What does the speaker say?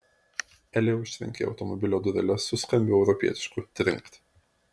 elė užtrenkė automobilio dureles su skambiu europietišku trinkt